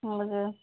हजुर